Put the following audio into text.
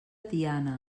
tiana